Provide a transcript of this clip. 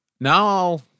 Now